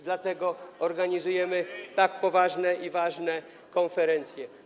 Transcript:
Dlatego organizujemy tak poważne i ważne konferencje.